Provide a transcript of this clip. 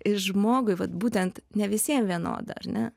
ir žmogui vat būtent ne visiem vienoda ar ne